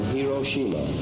Hiroshima